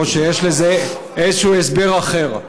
או שיש לזה איזשהו הסבר אחר.